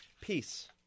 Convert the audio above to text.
Peace